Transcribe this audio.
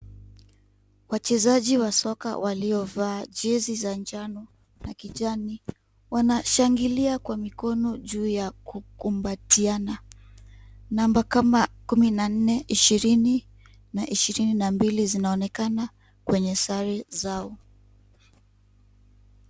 Wachezaji wa soka waliovaa jezi za njano na kijani wanashangilia kwa mikono juu ya kukumbatiana. Namba kama kumi na nne, ishirini na ishirini na mbili zinaonekana kwenye sare zao.